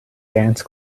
dance